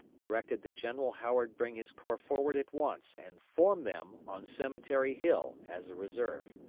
directed that general howard bring his corps forward at once and form them on cemetery hill as a reserve.